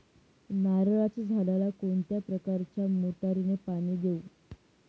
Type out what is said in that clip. नारळाच्या झाडाला कोणत्या प्रकारच्या मोटारीने पाणी देऊ?